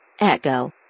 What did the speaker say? Echo